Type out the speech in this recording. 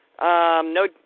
no